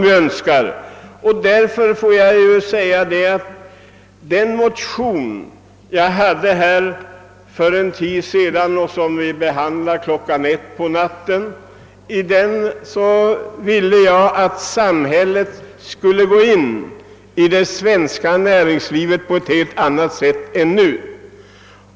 I en motion som jag väckt och som för en tid sedan behandlades här i riksdagen klockan ett på natten föreslog jag att samhället skulle träda in i det svenska näringslivet på ett helt annat sätt än nu.